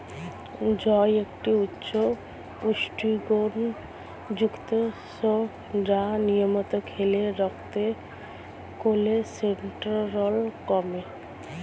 জই একটি উচ্চ পুষ্টিগুণযুক্ত শস্য যা নিয়মিত খেলে রক্তের কোলেস্টেরল কমে